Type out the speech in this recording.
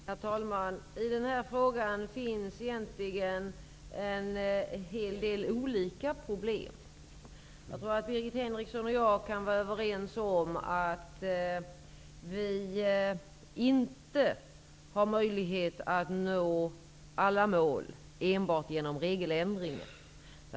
Herr talman! I den här frågan finns det egentligen en hel del olika problem. Birgit Henriksson och jag kan nog vara överens om att det inte är möjligt att nå alla mål enbart genom regeländringar.